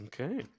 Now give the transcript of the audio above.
Okay